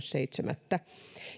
seitsemättä